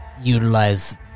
utilize